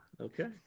okay